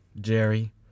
Jerry